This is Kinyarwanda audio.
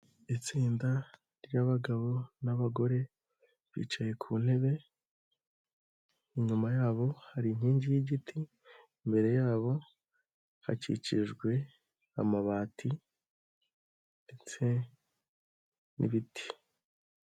Itsinda ry'bagabo n'abagore, bicaye ku ntebe, inyuma yabo hari inkingi y'igiti, imbere yabo hakikijwe amabati ndetse n'ibiti.